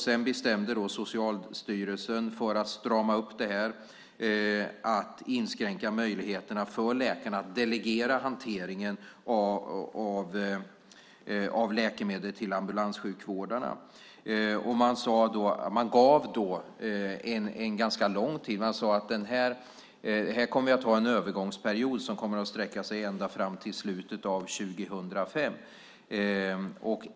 Sedan bestämde sig Socialstyrelsen för att strama upp detta och inskränka möjligheterna för läkarna att delegera hantering av läkemedel till ambulanssjukvårdarna. Man sade att här skulle vi ha en övergångsperiod som skulle sträcka sig ända fram till slutet av 2005.